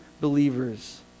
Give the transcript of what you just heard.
believers